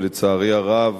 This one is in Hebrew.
לצערי הרב,